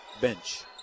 bench